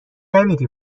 نمیری